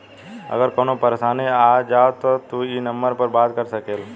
अगर कवनो परेशानी आ जाव त तू ई नम्बर पर बात कर सकेल